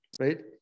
right